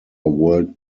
world